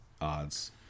odds